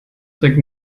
trägt